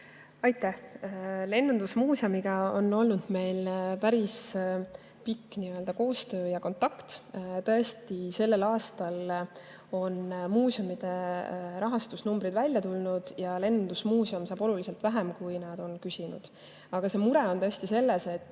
Aitäh! Lennundusmuuseumiga on meil olnud päris pikk koostöö ja kontakt. Tõesti, sellel aastal on muuseumide rahastamise numbrid välja tulnud ja lennundusmuuseum saab oluliselt vähem, kui nad on küsinud. Mure on tõesti selles, et